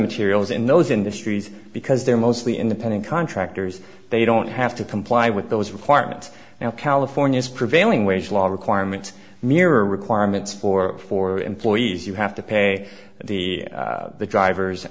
materials in those industries because they're mostly independent contractors they don't have to comply with those requirements now california's prevailing wage law requirements mirror requirements for four employees you have to pay the